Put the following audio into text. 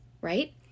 right